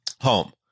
home